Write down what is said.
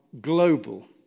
global